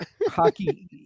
hockey